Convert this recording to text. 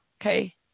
Okay